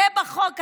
וזה בחוק הראשון.